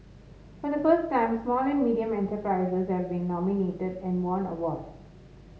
for the first time small and medium enterprises have been nominated and won awards